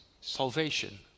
salvation